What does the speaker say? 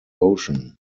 ocean